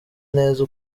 neza